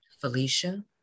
Felicia